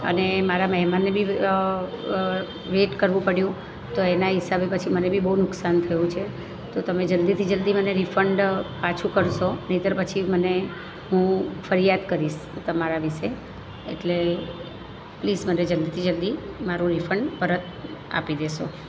અને મારા મહેમાન ને બી વેટ કરવું પડ્યું તો એના હિસાબે મને બી બહુ નુકસાન થયુ છે તો તમે જલ્દીથી જલ્દી મને રિફંડ પાછું કરશો નહીંતર પછી મને હું ફરિયાદ કરીશ તમારા વિષે એટલે પ્લીસ મને જલ્દીથી જલ્દી મારું રિફંડ પરત આપી દેશો